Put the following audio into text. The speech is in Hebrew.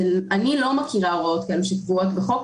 אני לא מכירה הוראות כאלה שקבועות בחוק,